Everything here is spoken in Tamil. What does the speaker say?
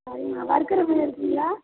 சரிங்க வறுக்கிற மீன் இருக்குதுங்களா